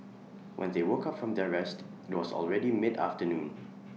when they woke up from their rest IT was already midafternoon